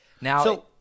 now